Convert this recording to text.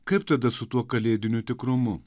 kaip tada su tuo kalėdiniu tikrumu